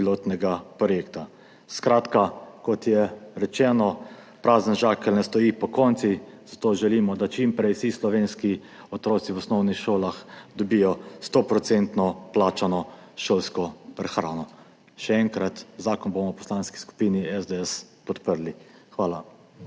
pilotnega projekta. Skratka, kot rečemo, prazen žakelj ne stoji pokonci, zato želimo, da čim prej vsi slovenski otroci v osnovnih šolah dobijo 100-odstotno plačano šolsko prehrano. Še enkrat, zakon bomo v Poslanski skupini SDS podprli. Hvala.